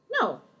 no